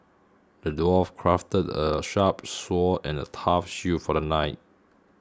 the dwarf crafted a sharp sword and a tough shield for the knight